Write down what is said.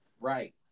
Right